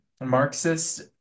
Marxist